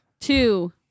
two